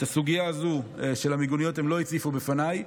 את הסוגיה הזו של המיגוניות הם לא הציפו בפניי.